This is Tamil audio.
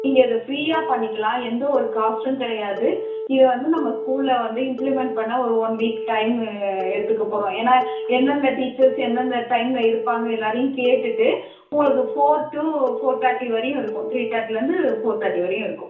நீங்கள் இதை ஃப்ரீயாக பண்ணிக்கலாம் எந்த ஒரு காஸ்ட்டும் கிடையாது இதை வந்து நம்ம ஸ்கூல்ல வந்து இம்ப்ளிமென்ட் பண்ண ஒரு ஒன் வீக் டைம் எடுத்துக்கப் போறோம் ஏன்னா எந்ததெந்த டீச்சர்ஸ் எந்ததெந்த டைம்ல இருப்பாங்க எல்லாரையும் கேட்டுட்டு உங்களுக்கு ஃபோர் டூ ஃபோர் தேர்ட்டி வரையும் இருக்கும் த்ரீ தேர்ட்டிலேருந்து ஃபோர் தேர்ட்டி வரையும் இருக்கும்